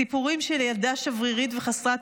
סיפורים של ילדה שברירית וחסרת אונים,